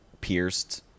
pierced